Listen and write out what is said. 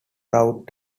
route